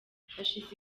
hashize